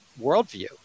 worldview